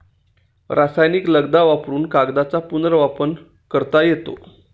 रासायनिक लगदा वापरुन कागदाचा पुनर्वापर करता येतो